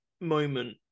moment